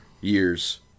years